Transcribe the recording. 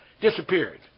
Disappeared